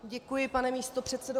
Děkuji, pane místopředsedo.